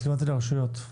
התכוונו לרשויות.